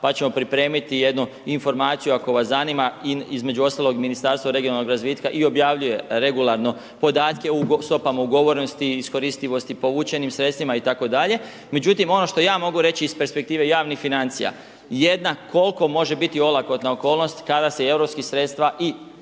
pa ćemo pripremiti jednu informaciju ako vas zanima, između ostaloga, Ministarstvo regionalnog razvitka i objavljuje regularno podatke o stopama ugovorenosti i iskoristivosti povučenim sredstvima itd. Međutim, ono što ja mogu reći iz perspektive javnih financija, jedna, koliko može biti olakotna okolnost kada se europski sredstva i